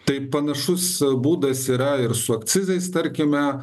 tai panašus būdas yra ir su akcizais tarkime